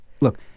look